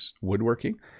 woodworking